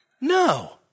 No